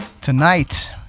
tonight